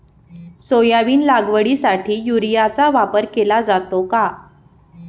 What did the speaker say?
Soybean लागवडीसाठी युरियाचा वापर केला जातो का?